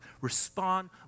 Respond